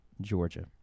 Georgia